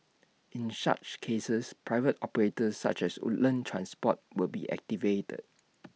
in such cases private operators such as Woodlands transport will be activated